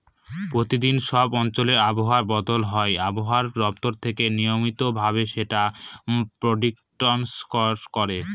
প্রতিদিন সব অঞ্চলে আবহাওয়া বদল হয় আবহাওয়া দপ্তর থেকে নিয়মিত ভাবে যেটার প্রেডিকশন করে